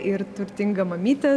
ir turtingą mamytę